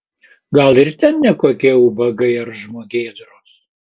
gal ir ten ne kokie ubagai ar žmogėdros